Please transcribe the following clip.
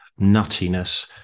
nuttiness